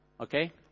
okay